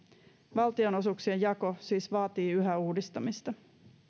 valtionosuuksien jako siis vaatii yhä uudistamista